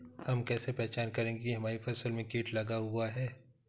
हम कैसे पहचान करेंगे की हमारी फसल में कीट लगा हुआ है?